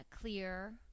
clear